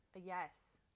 yes